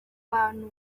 bantu